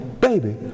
baby